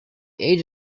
age